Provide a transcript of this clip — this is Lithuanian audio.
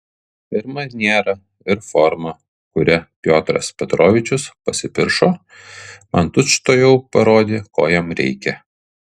ir maniera ir forma kuria piotras petrovičius pasipiršo man tučtuojau parodė ko jam reikia